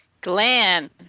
Glenn